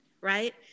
right